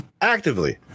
Actively